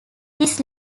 this